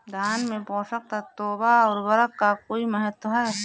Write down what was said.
धान में पोषक तत्वों व उर्वरक का कोई महत्व है?